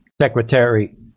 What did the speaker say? Secretary